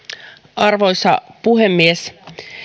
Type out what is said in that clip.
arvoisa puhemies